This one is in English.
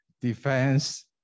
defense